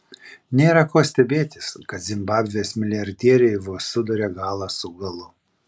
nėra ko stebėtis kad zimbabvės milijardieriai vos suduria galą su galu